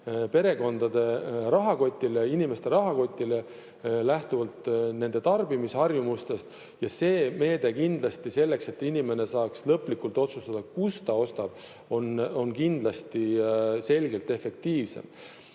perekondade rahakotile, inimeste rahakotile lähtuvalt nende tarbimisharjumustest. Ja see meede selleks, et inimene saaks lõplikult otsustada, kust ta ostab, on kindlasti selgelt efektiivsem.